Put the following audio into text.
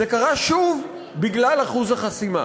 זה קרה שוב בגלל אחוז החסימה.